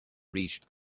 reached